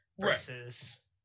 versus